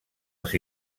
els